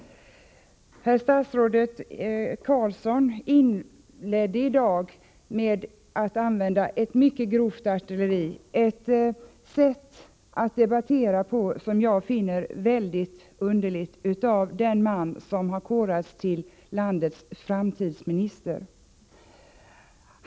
Herr statsrådet Carlsson inledde debatten med att använda ett mycket grovt artilleri — ett sätt att debattera på som jag finner väldigt underligt när det gäller den man som har korats till landets framtidsminister.